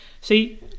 see